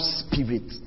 spirit